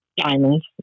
diamonds